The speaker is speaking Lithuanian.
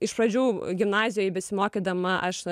iš pradžių gimnazijoj besimokydama aš